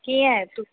कीअं अचि